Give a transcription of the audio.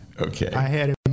Okay